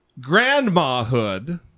grandmahood